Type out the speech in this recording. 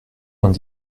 vingt